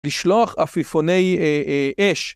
לשלוח עפיפוני אש.